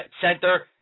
center